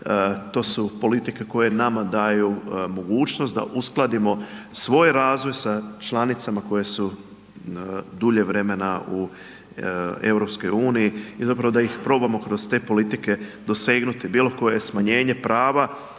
to su politike koje nama daju mogućnost da uskladimo svoj razvoj sa članicama koje su dulje vremena u EU i zapravo da ih probamo kroz te politike dosegnuti, bilo koje smanjenje prava